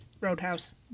roadhouse